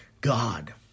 God